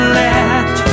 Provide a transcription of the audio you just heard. let